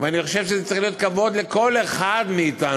ואני חושב שזה צריך להיות כבוד לכל אחד מאתנו